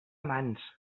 amants